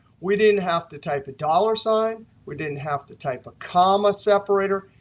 we didn't have to type a dollar sign. we didn't have to type a comma separator.